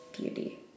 Beauty